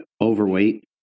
overweight